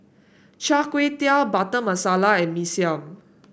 Char Kway Teow Butter Masala and Mee Siam